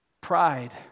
pride